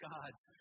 God's